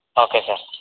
okay sir